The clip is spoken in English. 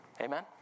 Amen